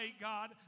God